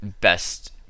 best